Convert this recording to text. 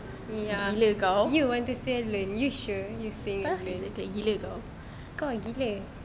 ya you want to stay alone you sure you stay alone kau yang gila